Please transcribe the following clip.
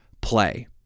play